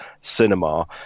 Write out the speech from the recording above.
cinema